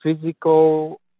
physical